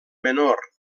menor